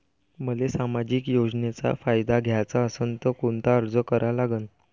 मले सामाजिक योजनेचा फायदा घ्याचा असन त कोनता अर्ज करा लागन?